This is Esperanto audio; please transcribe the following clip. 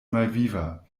malviva